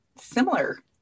similar